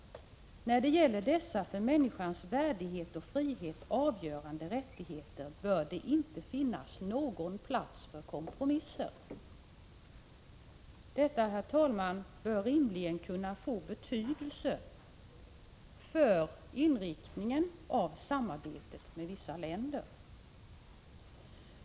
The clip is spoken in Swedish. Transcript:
När det gäller dessa för människans värdighet och frihet avgörande rättigheter bör det inte finnas någon plats för kompromisser.” Detta, herr talman, bör rimligen kunna få betydelse för inriktningen av samarbetet med vissa länder.